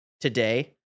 today